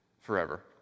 forever